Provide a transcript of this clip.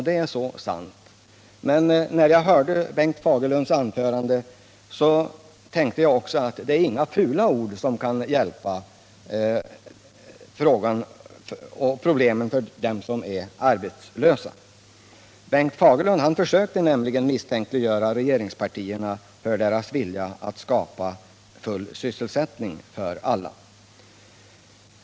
Det är så sant, men när jag hörde Bengt Fagerlunds anförande tänkte jag också att inga fula ord heller kan hjälpa dem som är arbetslösa. Bengt Fagerlund försökte nämligen misstänkliggöra regeringspartierna för deras vilja att skapa sysselsättning.